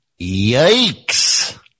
Yikes